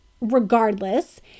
regardless